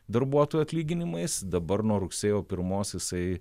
darbuotojų atlyginimais dabar nuo rugsėjo pirmos jisai